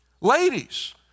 Ladies